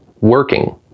working